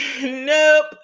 nope